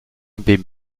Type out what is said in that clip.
den